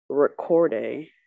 Recording